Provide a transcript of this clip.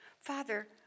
Father